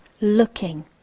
looking